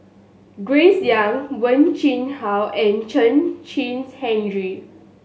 Grace Young Wen Jinhua and Chen Kezhan Henri